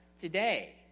today